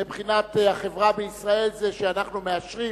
מבחינת החברה בישראל זה שאנחנו מאשרים